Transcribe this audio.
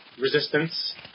resistance